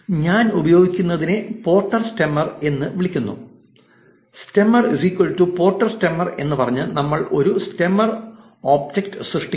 ഞങ്ങൾ ഉപയോഗിക്കുന്നതിനെ Porter stemmer എന്ന് വിളിക്കുന്നു സ്റ്റെമർ പോർട്ടർ സ്റ്റെമ്മർ എന്ന് പറഞ്ഞ് നമ്മൾ ഒരു സ്റ്റെമ്മർ ഒബ്ജക്റ്റ് സൃഷ്ടിക്കും